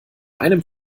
einem